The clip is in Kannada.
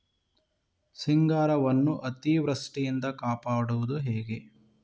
ಸಿಂಗಾರವನ್ನು ಅತೀವೃಷ್ಟಿಯಿಂದ ಕಾಪಾಡುವುದು ಹೇಗೆ?